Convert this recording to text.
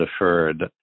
deferred